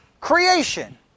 Creation